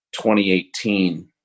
2018